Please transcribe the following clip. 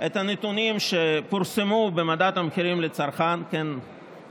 את הנתונים שפורסמו במדד המחירים לצרכן בכלל,